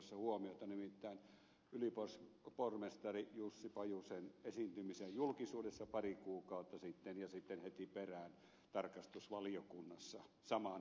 salon puheenvuorossa huomiota nimittäin ylipormestari jussi pajusen esiintymiseen julkisuudessa pari kuukautta sitten ja sitten heti perään tarkastusvaliokunnassa samaan kertomiseen